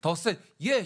ואתה עושה "יש",